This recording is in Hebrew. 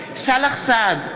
סאלח סעד,